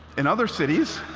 in other cities,